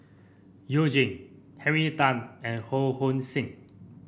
You Jin Henry Tan and Ho Hong Sing